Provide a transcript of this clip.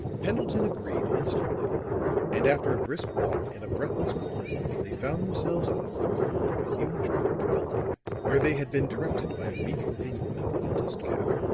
pendleton agreed instantly and after a brisk walk and a breathless climb, they found themselves on the fourth floor of a huge brick building where they had been directed by a meek-looking woman in a dust-cap.